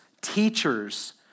teachers